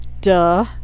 Duh